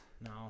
No